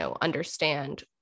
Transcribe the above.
understand